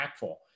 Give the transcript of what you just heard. impactful